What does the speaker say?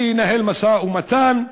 לנהל משא-ומתן,